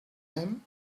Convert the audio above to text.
him